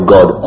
God